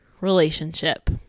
relationship